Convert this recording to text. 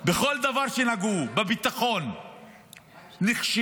בכל דבר שנגעו, בביטחון נכשלו,